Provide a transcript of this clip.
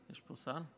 יש פה שר?